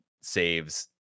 saves